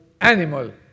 animal